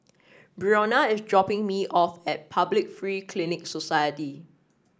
Brionna is dropping me off at Public Free Clinic Society